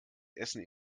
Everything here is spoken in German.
essen